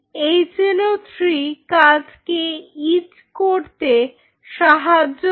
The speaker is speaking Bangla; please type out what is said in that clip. HNO3 কাঁচ কে ইচ্ করতে সাহায্য করে